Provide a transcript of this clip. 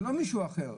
זה לא מישהו אחר.